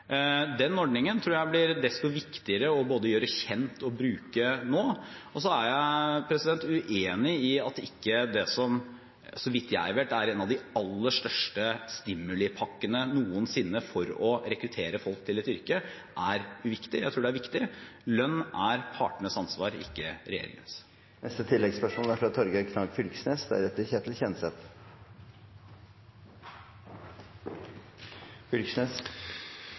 Den ordningen tror jeg blir desto viktigere både å gjøre kjent og bruke nå. Jeg er uenig i at en av de aller største stimulipakkene noensinne, så vidt jeg vet, for å rekruttere folk til et yrke ikke er viktig. Jeg tror det er viktig. Lønn er partenes ansvar, ikke regjeringens. Torgeir Knag Fylkesnes – til oppfølgingsspørsmål. Velkomen tilbake frå pappaperm til statsråden. Det er